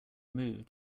moved